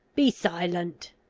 be silent.